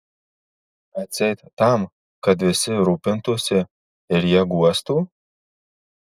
atseit tam kad visi rūpintųsi ir ją guostų